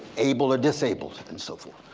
able or disabled, and so forth.